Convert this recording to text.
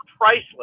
priceless